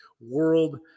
World